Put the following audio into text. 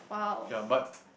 ya but